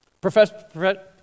Professor